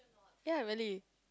ya really